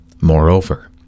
Moreover